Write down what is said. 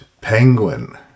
penguin